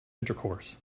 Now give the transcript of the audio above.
intercourse